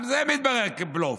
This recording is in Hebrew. גם זה מתברר כבלוף.